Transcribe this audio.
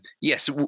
Yes